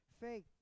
faith